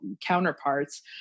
counterparts